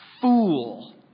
fool